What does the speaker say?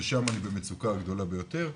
ושם אני במצוקה הגדולה ביותר.